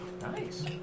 Nice